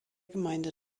gemeinde